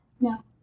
No